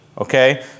Okay